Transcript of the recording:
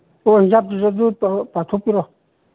ꯍꯣꯏ ꯍꯤꯡꯁꯥꯞꯇꯨꯁꯨ ꯑꯗꯨ ꯇꯧꯔꯣ ꯄꯥꯊꯣꯛꯄꯤꯔꯣ